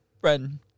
friend